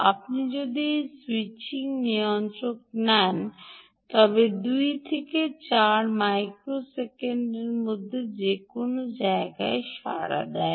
আপনি যদি একটি স্যুইচিং নিয়ন্ত্রক নেন তবে এটি 2 থেকে 8 মাইক্রোসেকেন্ডের মধ্যে যে কোনও জায়গায় সাড়া দেয়